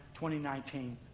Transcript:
2019